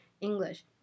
English